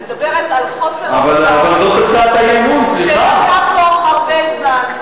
אני מדברת על העובדה שלקח לו הרבה זמן,